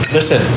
Listen